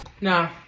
No